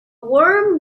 worm